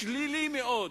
שלילי מאוד,